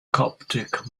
coptic